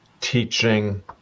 teaching